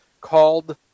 called